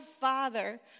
Father